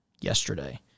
yesterday